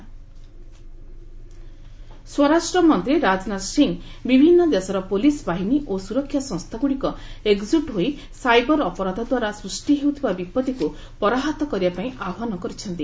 HM IACP ସ୍ୱରାଷ୍ଟ୍ରମନ୍ତ୍ରୀ ରାଜନାଥ ସିଂ ବିଭିନ୍ନ ଦେଶର ପୁଲିସ୍ ବାହିନୀ ଓ ସୁରକ୍ଷା ସଂସ୍ଥାଗୁଡ଼ିକ ଏକଜୁଟହୋଇ ସାଇବର ଅପରାଧଦ୍ୱାରା ସୃଷ୍ଟି ହେଉଥିବା ବିପଭିକୁ ପରାହତ କରିବାପାଇଁ ଆହ୍ୱାନ କରିଛନ୍ତି